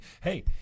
hey